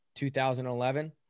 2011